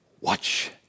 Watch